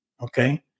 okay